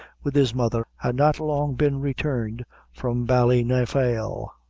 with his mother, had not long been returned from ballynafail,